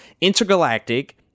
Intergalactic